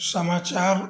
समाचार